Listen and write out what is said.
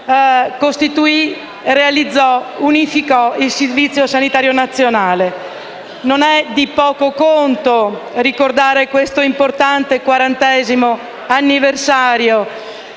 lavoro, realizzò e unificò il Servizio sanitario nazionale. Non è di poco conto ricordare questo importante quarantesimo anniversario,